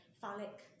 phallic